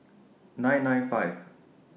nine nine five